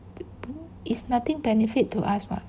is nothing benefit to us [what]